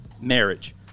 marriage